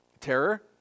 terror